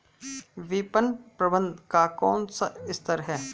विपणन प्रबंधन का कौन सा स्तर है?